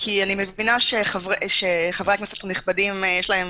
כי אני מבינה שחברי הכנסת הנכבדים יש להם